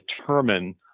determine